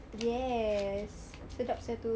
yes sedap sia tu